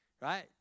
right